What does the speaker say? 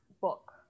book